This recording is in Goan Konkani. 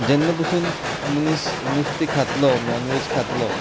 जेन्ना पासून मनीस नूस्ते खातलो नॉन वेज खातलो